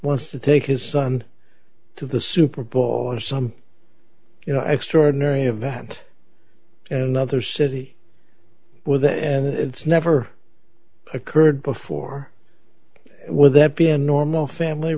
want to take his son to the super bowl or some you know extraordinary event another city was there and it's never occurred before would that be a normal family